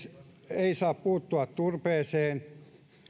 ei saa puuttua turpeeseen